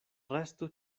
restu